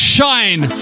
Shine